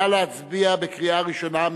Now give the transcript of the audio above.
נא להצביע בקריאה ראשונה.